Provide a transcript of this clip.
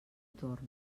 torn